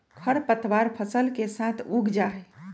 खर पतवार फसल के साथ उग जा हई